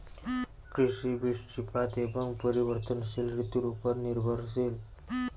কৃষি বৃষ্টিপাত এবং পরিবর্তনশীল ঋতুর উপর নির্ভরশীল